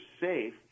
safe